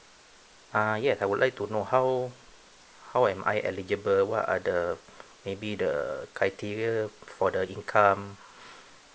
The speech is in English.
uh yes I would like to know how how am I eligible what are the maybe the criteria for the income